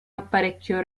apparecchio